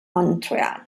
montreal